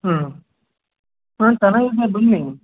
ಹಾಂ ಹಾಂ ಚೆನ್ನಾಗಿದೆ ಬನ್ನಿ